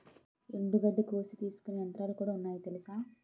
ఎండుగడ్డి కోసి తీసుకునే యంత్రాలుకూడా ఉన్నాయి తెలుసా?